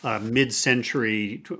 mid-century